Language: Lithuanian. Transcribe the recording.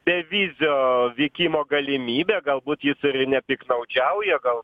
bevizio vykimo galimybę galbūt jis ir nepiktnaudžiauja gal